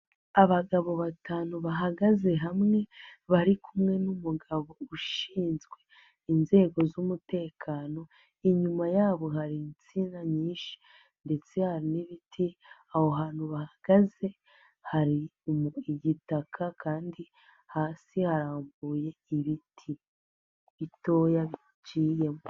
Abagabo batanu bahagaze hamwe, bari kumwe n'umugabo ushinzwe inzego z'umutekano, inyuma yabo hari insina nyinshi ndetse hari n'ibiti, aho hantu bahagaze hari igitaka kandi hasi harambuye ibiti bitoya biciyemo.